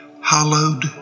hallowed